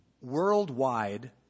Worldwide